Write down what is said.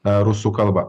rusų kalba